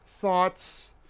thoughts